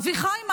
אביחי מנדלבליט,